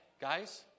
Guys